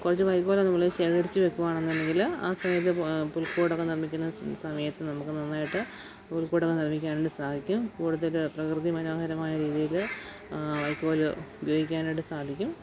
കുറച്ച് വൈക്കോല് നമ്മള് ശേഖരിച്ച് വയ്ക്കുകയാണെന്നുണ്ടെങ്കില് ആ സമയത്ത് പുൽക്കൂടൊക്കെ നിർമ്മിക്കുന്ന സമയത്ത് നമുക്ക് നന്നായിട്ട് പുൽക്കൂടൊക്കെ നിർമ്മിക്കാനായിട്ട് സാധിക്കും കൂടുതല് പ്രകൃതി മനോഹരമായ രീതിയില് വൈക്കോല് ഉപയോഗിക്കാനായിട്ട് സാധിക്കും